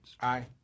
Aye